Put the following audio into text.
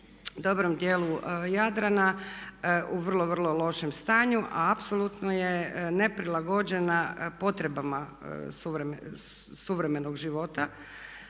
dobrom dijelu Jadrana u vrlo, vrlo lošem stanju, a apsolutno je neprilagođena potrebama suvremenog života.